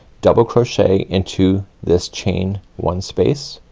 double crochet into this chain one space,